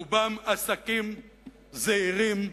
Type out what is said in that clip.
רובם עסקים זעירים,